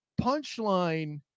punchline